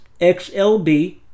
XLB